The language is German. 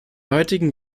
heutigen